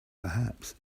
perhaps